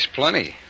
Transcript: plenty